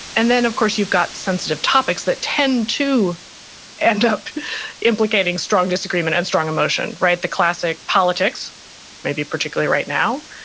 and then of course you've got sensitive topics that tend to end up implicating strong disagreement and strong emotion, right? the classic politics maybe particularly right now,